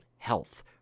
health